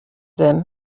them